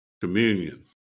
communion